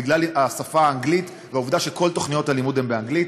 בגלל השפה האנגלית והעובדה שכל תוכניות הלימוד הן באנגלית.